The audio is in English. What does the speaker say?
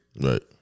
Right